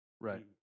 right